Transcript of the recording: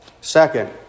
Second